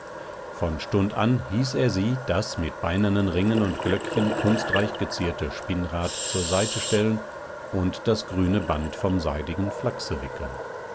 von stund an hieß er sie das mit beinernen ringen und glöckchen kunstreich gezierte spinnrad zur seite stellen und das grüne band vom seidigen flachse wickeln